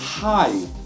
Hi